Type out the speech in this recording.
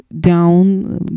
down